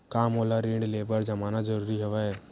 का मोला ऋण ले बर जमानत जरूरी हवय?